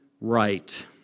right